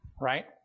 Right